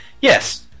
yes